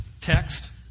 text